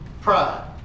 pride